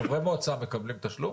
חברי מועצה מקבלים תשלום?